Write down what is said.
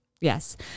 Yes